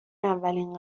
اولین